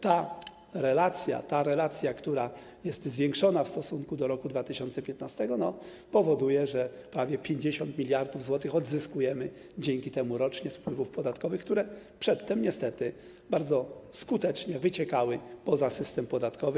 Ta relacja, która jest zwiększona w stosunku do roku 2015, powoduje, że prawie 50 mld zł odzyskujemy dzięki temu rocznie z wpływów podatkowych, które przedtem niestety bardzo skutecznie wyciekały poza system podatkowy.